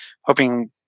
hoping